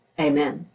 amen